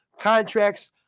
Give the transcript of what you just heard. contracts